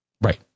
Right